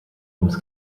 ums